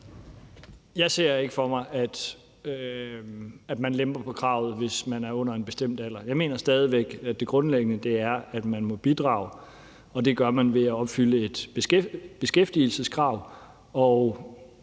Jeg ser ikke for mig, at man lemper på kravet, hvis nogen er under en bestemt alder. Jeg mener stadig væk, at det grundlæggende er, at man må bidrage, og det gør man ved at opfylde et beskæftigelseskrav,